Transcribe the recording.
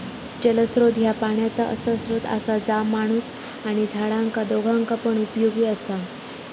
जलस्त्रोत ह्या पाण्याचा असा स्त्रोत असा जा माणूस आणि झाडांका दोघांका पण उपयोगी असा